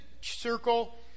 circle